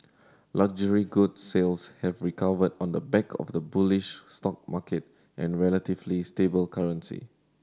luxury goods sales have recovered on the back of the bullish stock market and relatively stable currency